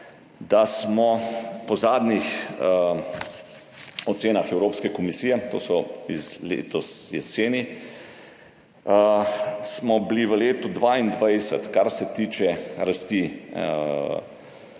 je bilo po zadnjih ocenah Evropske komisije, te so iz letošnje jeseni, v letu 2022, kar se tiče rasti